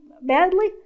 badly